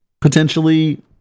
potentially